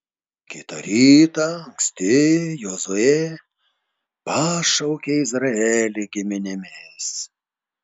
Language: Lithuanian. kitą rytą anksti jozuė pašaukė izraelį giminėmis